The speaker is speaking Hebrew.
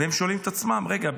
והם שואלים את עצמם: רגע,